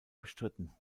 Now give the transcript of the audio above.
bestritten